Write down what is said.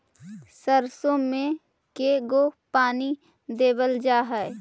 सरसों में के गो पानी देबल जा है?